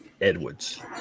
Edwards